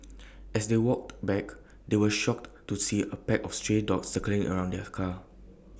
as they walked back they were shocked to see A pack of stray dogs circling around their car